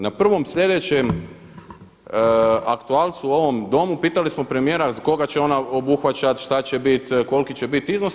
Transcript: Na prvom sljedećem aktualcu u ovom Domu pitali smo premijera koga će ona obuhvaćat, šta će bit, koliki će bit iznosi.